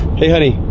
hey honey,